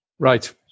Right